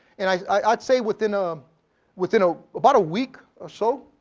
and i'd i'd say within um within ah about a week or so,